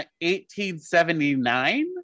1879